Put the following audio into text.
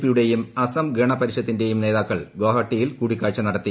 പിയുടെ യും അസം ഗണ പരിഷത്തിന്റെയും ന്റെതാക്കൾ ഗോഹട്ടിയിൽ കൂടിക്കാഴ്ച നടത്തി